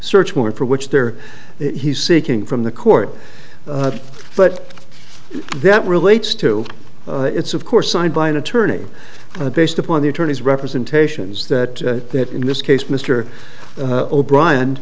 search warrant for which there he's seeking from the court but that relates to it's of course signed by an attorney based upon the attorney's representations that in this case mr o'br